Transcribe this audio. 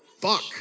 Fuck